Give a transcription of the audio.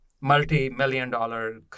multi-million-dollar